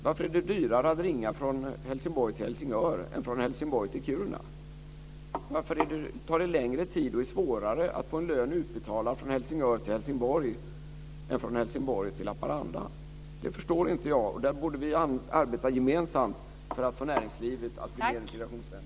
Varför är det dyrare att ringa från Helsingborg till Helsingör än från Helsingborg till Kiruna? Varför tar det längre tid och är svårare att få en lön utbetalad från Helsingör till Helsingborg än från Helsingborg till Haparanda? Det förstår inte jag. Där borde vi arbeta gemensamt för att få näringslivet att bli mer integrationsvänligt.